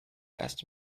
erst